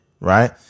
Right